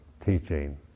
teaching